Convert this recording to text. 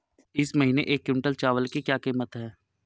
इस महीने एक क्विंटल चावल की क्या कीमत है?